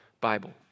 Bible